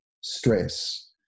stress